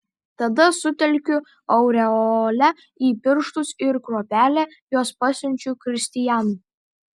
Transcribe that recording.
tada sutelkiu aureolę į pirštus ir kruopelę jos pasiunčiu kristianui